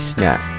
Snack